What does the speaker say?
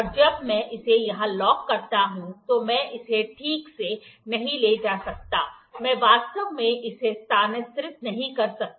और जब मैं इसे यहां लॉक करता हूं तो मैं इसे ठीक से नहीं ले जा सकता मैं वास्तव में इसे स्थानांतरित नहीं कर सकता